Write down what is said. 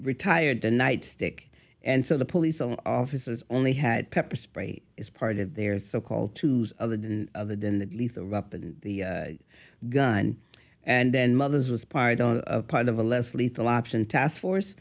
retired to nightstick and so the police officers only had pepper spray as part of their so called to use other than an other than that lethal weapon the gun and then mothers was part on part of a less lethal option task